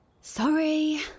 Sorry